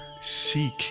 Seek